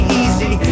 easy